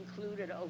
included